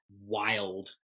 wild